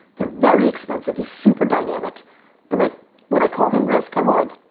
they're very expensive. he's super dynamic but like would i call him risk? i would.